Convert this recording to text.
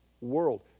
world